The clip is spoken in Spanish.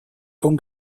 con